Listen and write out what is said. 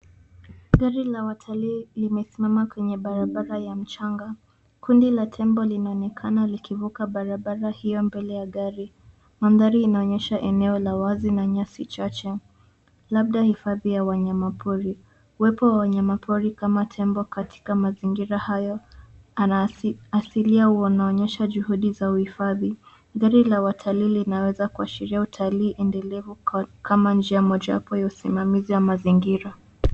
Gari la watalii limesimama kwenye barabara ya mchanga. Kundi la tembo linaonekana likivuka barabara hiyo mbele ya gari. Mandhari inaonyesha eneo la wazi na nyasi chache, labda hifadhi ya wanyama pori. Uwepo wa wanyama pori kama tembo katika mazingira hayo anaashiria juhudi za uhifadhi. Gari la watalii linaweza kuashiria utalii endelevu, kama njia mojapo ya usimamaizi wa mazingira.